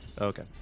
Okay